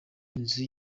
inzu